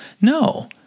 no